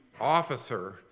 officer